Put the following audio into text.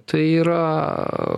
tai yra